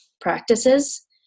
practices